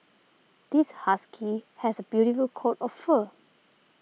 this husky has a beautiful coat of fur